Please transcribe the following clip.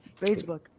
Facebook